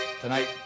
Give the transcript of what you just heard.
tonight